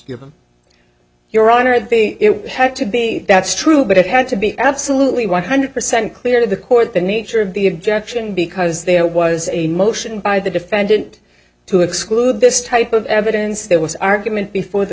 given your honor it had to be that's true but it had to be absolutely one hundred percent clear to the court the nature of the objection because there was a motion by the defendant to exclude this type of evidence there was argument before the